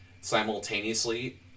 simultaneously